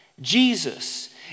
Jesus